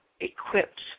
equipped